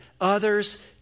others